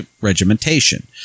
regimentation